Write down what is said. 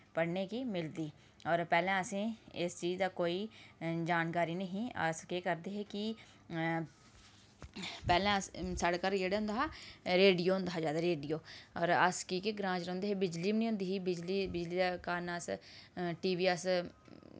पढ़ने गी मिलदी और पैह्लें असें इस चीज दा कोई जानकारी नेईं ही अस केह् करदे हे कि पैह्लें साढे घर होंदा हा रेडियो होंदा हा रेडियो और अस की के ग्रांऽ च रौंह्दे हे बिजली बी निं बोंदी ही बिजली दै कारण अस टीवी अस